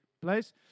place